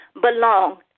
belong